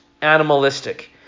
animalistic